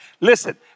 Listen